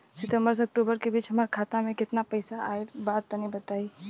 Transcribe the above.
सितंबर से अक्टूबर के बीच हमार खाता मे केतना पईसा आइल बा तनि बताईं?